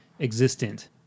existent